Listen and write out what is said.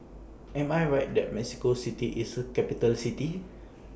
Am I Right that Mexico City IS A Capital City